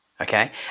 okay